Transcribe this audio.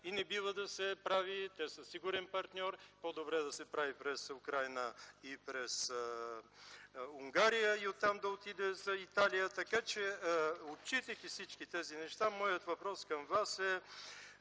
и не бива да се прави, че те са сигурен партньор и е по-добре да се прави през Украйна и през Унгария и оттам да отиде за Италия, така че отчитайки всички тези неща моят въпрос към Вас е: